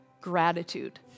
gratitude